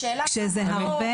השאלה כמה לא הוגשו לוועדה?